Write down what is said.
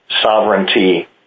sovereignty